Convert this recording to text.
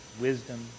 wisdom